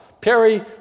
Perry